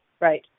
Right